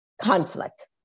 conflict